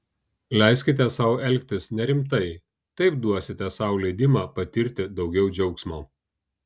leiskite sau elgtis nerimtai taip duosite sau leidimą patirti daugiau džiaugsmo